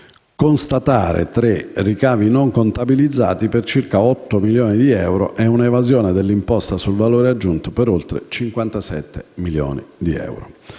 euro; constatare ricavi non contabilizzati per circa 8 milioni di euro e un'evasione dell'imposta sul valore aggiunto per oltre 57 milioni di euro.